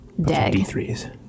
D3s